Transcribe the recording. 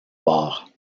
bord